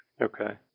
Okay